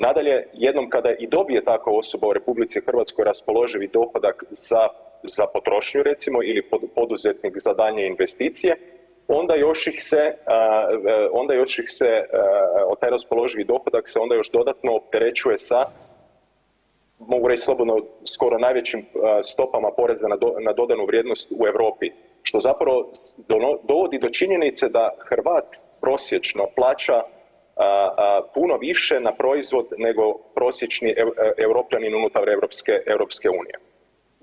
Nadalje, jednom kada i dobije takva osoba u RH raspoloživi dohodak za, za potrošnju recimo ili poduzetnik za daljnje investicije onda još ih se, onda još ih se, taj raspoloživi dohodak se onda još dodatno opterećuje sa, mogu reć slobodno, skoro najvećim stopama poreza na, na dodanu vrijednost u Europi, što zapravo dovodi do činjenice da Hrvat prosječno plaća puno više na proizvod nego prosječni Europljanin unutar europske, EU.